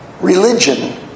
religion